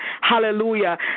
hallelujah